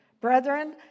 brethren